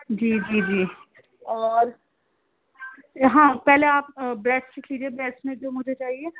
جی جی جی اور ہاں پہلے آپ بریسٹ کیجیے بریسٹ میں جو مجھے چاہیے